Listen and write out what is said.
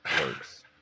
works